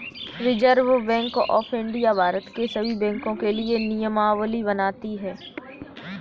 reserve bank of India Bharat के सभी बैंकों के लिए नियमावली बनाती है